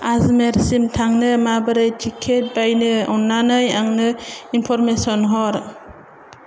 आजमेरसिम थांनो माबोरै टिकेट बायनो अन्नानै आंनो इनफरमेसन हर